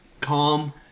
Calm